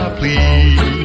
please